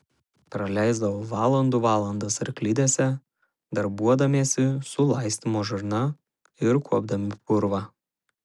praleisdavo valandų valandas arklidėse darbuodamiesi su laistymo žarna ir kuopdami purvą